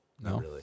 No